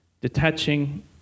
detaching